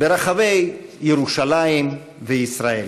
ברחבי ירושלים וישראל.